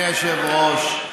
אדוני היושב-ראש,